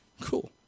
Cool